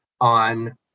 on